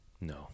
No